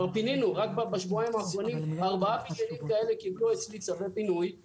רק בשבועיים האחרונים כבר פינינו ארבעה